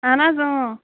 اہن حظ